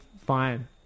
Fine